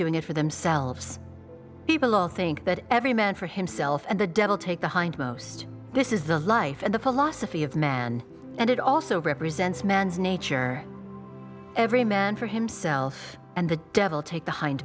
doing it for themselves people all think that every man for himself and the devil take the hindmost this is the life and the philosophy of man and it also represents man's nature every man for himself and the devil take the hind